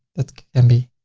that can be